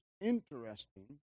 interesting